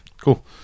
Cool